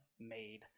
made